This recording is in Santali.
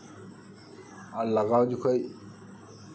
ᱟᱨ ᱞᱟᱜᱟᱣ ᱡᱚᱠᱷᱚᱱ